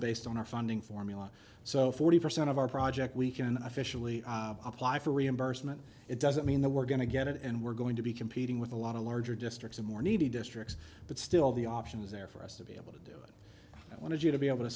based on our funding formula so forty percent of our project we can officially apply for reimbursement it doesn't mean that we're going to get it and we're going to be competing with a lot of larger districts and more needy districts but still the option is there for us to be able to do that want to do to be able to